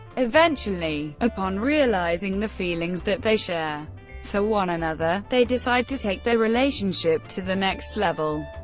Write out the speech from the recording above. eventually, upon realizing the feelings that they share for one another, they decide to take their relationship to the next level.